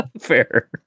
Fair